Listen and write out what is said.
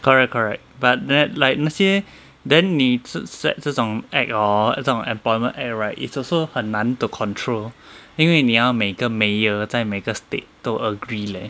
correct correct but then like 那些 then 你 set 这种 act hor 这种 employment act right it's also 很难 to control 因为你要每个 mayor 在每个 state 都 agree leh